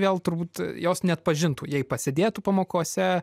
vėl turbūt jos neatpažintų jei pasėdėtų pamokose